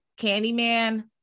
Candyman